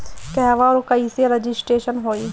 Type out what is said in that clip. कहवा और कईसे रजिटेशन होई?